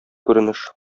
күренеш